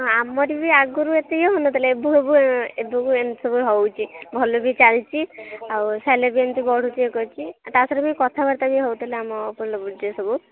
ହଁ ଆମରି ବି ଆଗରୁ ଏତେ ଇଏ ହେଉ ନ ଥିଲା ଏବେ ସବୁ ଏବେକୁ ଏମିତି ସବୁ ହେଉଛି ଭଲ ବି ଚାଲିଛି ଆଉ ସାଲେରୀ ବି ଏମିତି ବଢ଼ୁଚି ୟେ କରୁଛି ତା ଛଡ଼ା ବି କଥାବାର୍ତ୍ତା ବି ହେଉଥିଲେ ଆମ ଅପର୍ ଲେବୁଲ୍ ଯିଏ ସବୁ